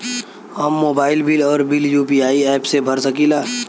हम mobile bill और bill UPI app से भर सकिला